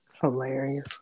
hilarious